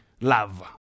love